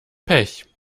pech